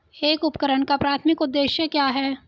एक उपकरण का प्राथमिक उद्देश्य क्या है?